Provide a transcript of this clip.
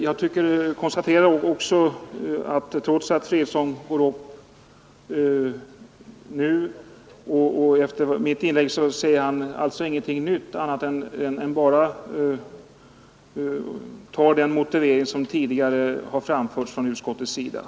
Jag konstaterar att herr Fredriksson trots att han har yttrat sig efter mitt inlägg inte säger någonting nytt, utan bara anför den motivering som utskottet tidigare har anfört.